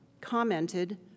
commented